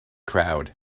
crowd